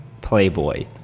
Playboy